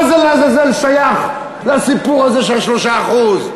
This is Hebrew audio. מה זה לעזאזל שייך לסיפור הזה של ה-3%?